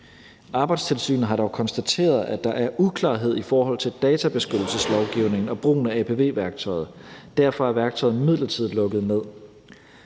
Arbejdstilsynet har dog konstateret, at der er uklarhed i forhold til databeskyttelseslovgivningen og brugen af apv-værktøjet. Derfor er værktøjet midlertidigt lukket ned.